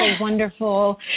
wonderful